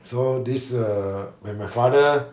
so this err when my father